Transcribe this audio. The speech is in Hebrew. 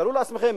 תארו לעצמכם,